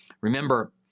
Remember